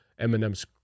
Eminem's